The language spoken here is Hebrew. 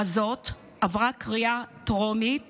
הזאת עברה בקריאה טרומית